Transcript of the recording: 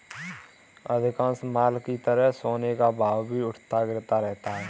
अधिकांश माल की तरह सोने का भाव भी उठता गिरता रहता है